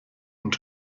und